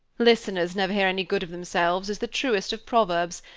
listeners never hear any good of themselves is the truest of proverbs.